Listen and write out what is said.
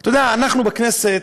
אתה יודע, אנחנו בכנסת,